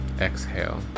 exhale